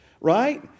right